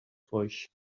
foix